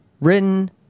written